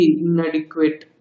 inadequate